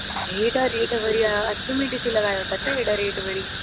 हेॾा रेट वरी हा अष्टमी ॾिसी लॻायो था छा हेॾा रेट वरी